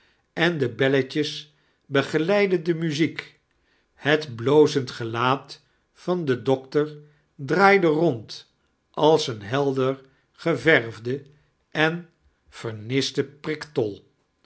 en de belletjes begeleidden de muziek het bllozend gelaat van den doctor draaide rond ate een helder geverfde en verndste